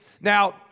Now